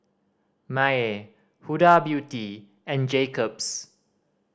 Mayer Huda Beauty and Jacob's